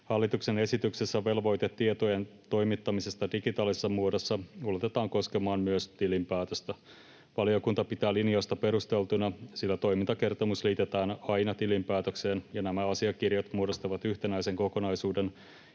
Hallituksen esityksessä velvoite tietojen toimittamisesta digitaalisessa muodossa ulotetaan koskemaan myös tilinpäätöstä. Valiokunta pitää linjausta perusteltuna, sillä toimintakertomus liitetään aina tilinpäätökseen ja nämä asiakirjat muodostavat yhtenäisen kokonaisuuden,